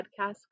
podcast